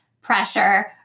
pressure